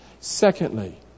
Secondly